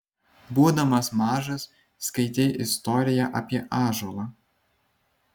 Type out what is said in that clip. būdamas mažas skaitei istoriją apie ąžuolą